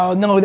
no